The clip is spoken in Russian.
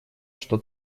что